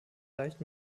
leicht